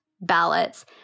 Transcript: ballots